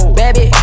baby